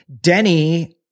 Denny